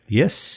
yes